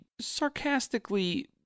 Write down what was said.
sarcastically